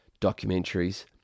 documentaries